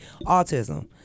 Autism